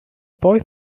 boy